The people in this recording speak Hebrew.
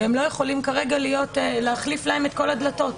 ולא יכולים כרגע להחליף להם את כל הדלתות.